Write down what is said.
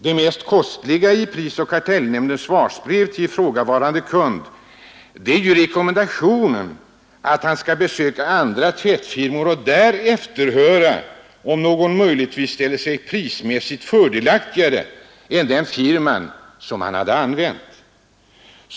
Det mest kostliga i prisoch kartellnämndens svarsbrev till ifrågavarande kund är rekommendationen att besöka andra tvättfirmor och där efterhöra om någon möjligtvis ställer sig prismässigt fördelaktigare än den firma som han hade använt.